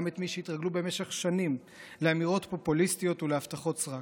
גם את מי שהתרגלו במשך שנים לאמירות פופוליסטיות ולהבטחות סרק,